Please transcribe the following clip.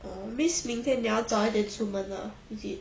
means 明天你要早一点出门